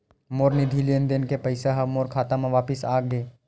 मोर निधि लेन देन के पैसा हा मोर खाता मा वापिस आ गे